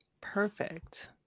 Perfect